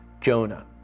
Jonah